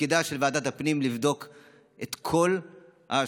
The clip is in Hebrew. ותפקידה של ועדת הפנים לבדוק את כל ההשלכות